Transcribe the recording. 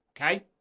okay